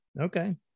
Okay